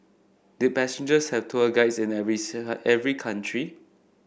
did passengers have tour guides in every seen at every country